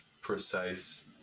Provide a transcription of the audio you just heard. precise